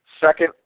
Second